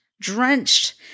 drenched